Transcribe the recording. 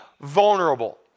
vulnerable